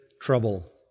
trouble